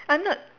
I'm not